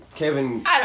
Kevin